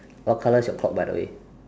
what colour is your clock by the way